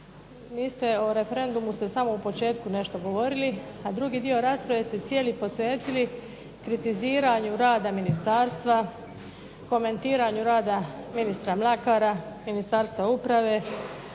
o referendumu ste samo na početku nešto govorili a drugi dio rasprave ste cijeli posvetili kritiziranju rada Ministarstva, komentiranju rada ministra Mlakara, Ministarstva uprave,